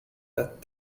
that